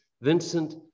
Vincent